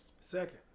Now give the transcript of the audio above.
Second